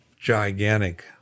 gigantic